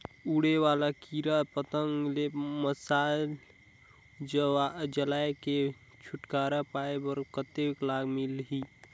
उड़े वाला कीरा पतंगा ले मशाल जलाय के छुटकारा पाय बर कतेक लाभ मिलही?